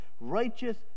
righteous